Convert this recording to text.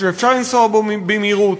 שאפשר לנסוע בו במהירות.